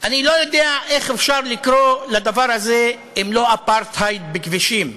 אני לא יודע איך אפשר לקרוא לדבר הזה אם לא אפרטהייד בכבישים.